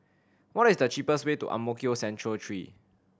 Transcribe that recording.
what is the cheapest way to Ang Mo Kio Central Three